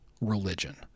religion